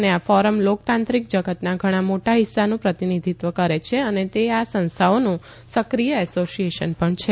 અને આ ફોરમ લોકતાંત્રિક જગતના ઘણા મોટા હિસ્સાનું પ્રતિનિધિત્વ કરે છે અને તે આ સંસ્થાઓનું સક્રિય એસોસિએશન પણ છે